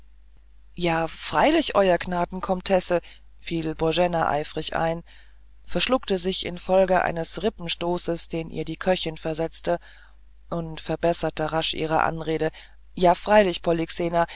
ja freilich euer gnaden komtesse fiel boena eifrig ein verschluckte sich infolge eines rippenstoßes den ihr die köchin versetzte und verbesserte rasch ihre anrede ja freilich